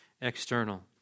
external